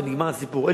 ונגמר הסיפור.